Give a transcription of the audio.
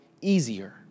easier